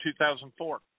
2004